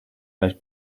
her